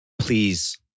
please